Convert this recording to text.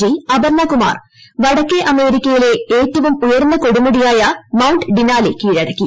G Aparna Kumar വടക്കേ അമേരിക്കയിലെ ഏറ്റവും ഉയർന്ന കൊടുമുടിയായ മൌണ്ട് ഡിനാലി കീഴടക്കി